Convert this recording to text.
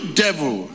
devil